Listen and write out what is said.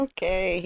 Okay